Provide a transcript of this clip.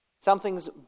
Something's